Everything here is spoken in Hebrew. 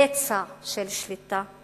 בצע של שליטה.